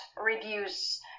reduce